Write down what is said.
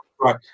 right